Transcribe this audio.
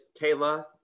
kayla